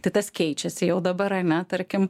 tai tas keičiasi jau dabar ane tarkim